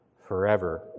forever